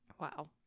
Wow